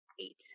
Eight